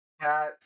Cat